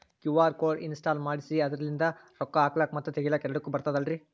QR code ನ install ಮಾಡೆಸಿ ಅದರ್ಲಿಂದ ರೊಕ್ಕ ಹಾಕ್ಲಕ್ಕ ಮತ್ತ ತಗಿಲಕ ಎರಡುಕ್ಕು ಬರ್ತದಲ್ರಿ?